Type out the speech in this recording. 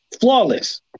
flawless